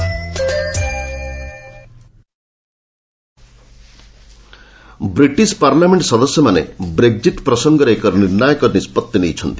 UK Brexit British parliament ସଦସ୍ୟମାନେ Brexit ପ୍ରସଙ୍ଗରେ ଏକ ନିର୍ଣ୍ଣାୟକ ନିଷ୍କଉତ୍ତି ନେଇଛନ୍ତି